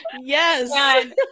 yes